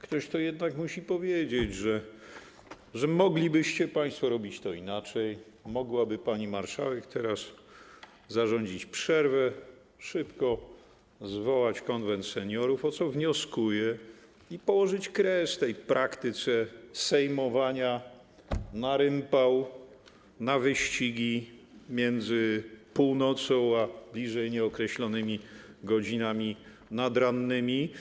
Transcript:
Ktoś to jednak musi powiedzieć, że moglibyście państwo robić to inaczej, mogłaby pani marszałek teraz zarządzić przerwę, szybko zwołać Konwent Seniorów, o co wnioskuję, i położyć kres tej praktyce sejmowania na rympał, na wyścigi między północą a bliżej nieokreślonymi godzinami nadrannymi.